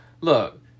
Look